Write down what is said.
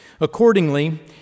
Accordingly